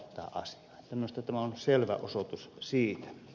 minusta tämä on selvä osoitus siitä